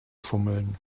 fummeln